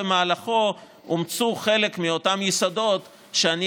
במהלכו אומצו חלק מאותם יסודות שאני